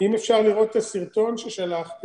אם אפשר לראות את הסרטון ששלחתי,